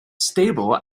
stable